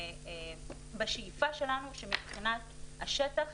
בשאיפה שלנו שמבחינת השטח